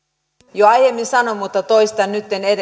jo aiemmin sanoin mutta toistan nytten